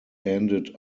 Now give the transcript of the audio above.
ended